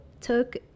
took